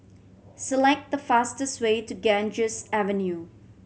select the fastest way to Ganges Avenue